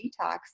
detox